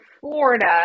Florida